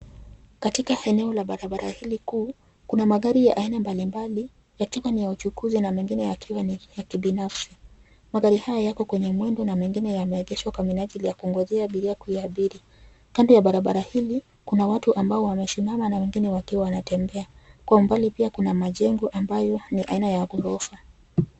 Katika eneo la barabara hili kuu, kuna magari ya aina mbalimbali yakiwa ni ya uchukuzi na mengine yakiwa ni ya kibinafsi. Magari haya yako kwenye mwendo na mengine yameegeshwa kwa minajili ya kungojea abiria kuiabiri. Kando ya barabara hili ,kuna watu ambao wamesimama na wengine wakiwa wanatembea. Kwa umbali pia kuna majengo ambayo ni aina ya ghorofa.